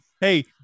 hey